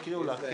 שבע.